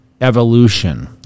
evolution